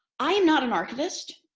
i am not an archivist.